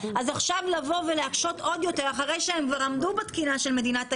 עכשיו לבוא ולהקשות עוד יותר אחרי שהם עבר עמדו בתקינה של מדינת היעד,